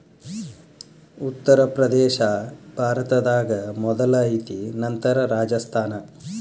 ಉತ್ತರ ಪ್ರದೇಶಾ ಭಾರತದಾಗ ಮೊದಲ ಐತಿ ನಂತರ ರಾಜಸ್ಥಾನ